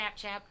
Snapchat